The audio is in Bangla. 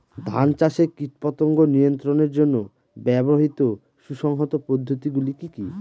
ধান চাষে কীটপতঙ্গ নিয়ন্ত্রণের জন্য ব্যবহৃত সুসংহত পদ্ধতিগুলি কি কি?